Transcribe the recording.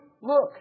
Look